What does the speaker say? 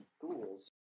Ghouls